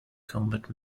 combat